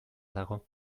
dago